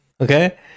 Okay